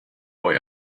boy